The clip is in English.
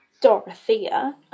Dorothea